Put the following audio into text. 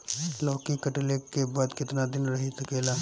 लौकी कटले के बाद केतना दिन रही सकेला?